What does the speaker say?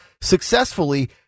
successfully